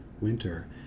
winter